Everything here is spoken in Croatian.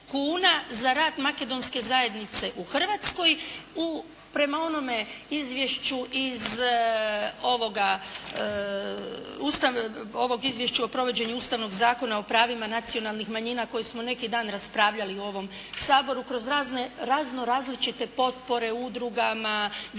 za rad Makedonske zajednice u Hrvatskoj. Prema onome izvješću iz ovog izvješća o provođenju Ustavnog zakona o pravima nacionalnih manjina koji smo neki dan raspravljali u ovom Saboru kroz razno različite potpore udrugama, vijećima